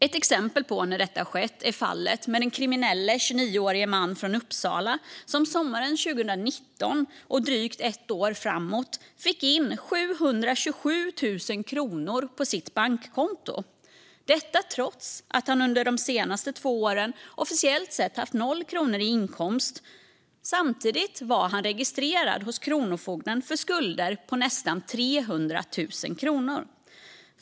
Ett exempel på när detta skett är fallet med en kriminell 29-årig man från Uppsala, som sommaren 2019 och drygt ett år framåt fick in 727 000 kronor på sitt bankkonto, trots att han under de senaste två åren officiellt haft 0 kronor i inkomst. Samtidigt var han registrerad hos Kronofogden för skulder på nästan 300 000 kronor.